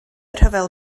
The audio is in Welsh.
rhyfel